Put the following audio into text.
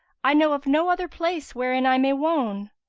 i know of no other place wherein i may wone.